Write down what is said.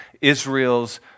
Israel's